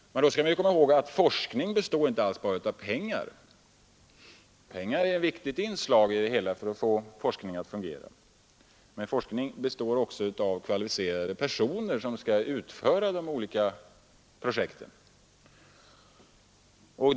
Men då måste vi komma ihåg att forskning inte bara består av pengar — pengar är ett viktigt inslag för att forskningen skall fungera — utan forskningen består också av kvalificerade personer som skall utföra de olika projekten.